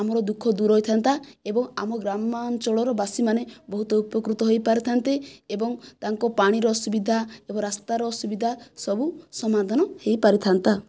ଆମର ଦୁଃଖ ଦୂରହୋଇଥାନ୍ତା ଏବଂ ଆମ ଗ୍ରାମାଞ୍ଚଳର ବାସୀମାନେ ବହୁତ ଉପକୃତ ହୋଇପାରିଥାନ୍ତେ ଏବଂ ତାଙ୍କ ପାଣିର ଅସୁବିଧା ଏବଂ ରାସ୍ତାର ଅସୁବିଧା ସବୁ ସମାଧାନ ହୋଇପାରିଥାନ୍ତା